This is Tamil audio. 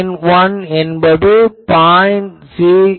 391 என்பது 0